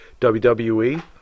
WWE